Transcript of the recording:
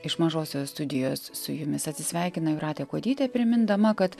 iš mažosios studijos su jumis atsisveikina jūratė kuodytė primindama kad